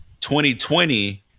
2020